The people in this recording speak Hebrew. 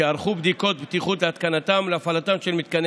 שיערכו בדיקות בטיחות להתקנתם ולהפעלתם של מתקני